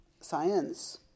Science